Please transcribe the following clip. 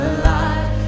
alive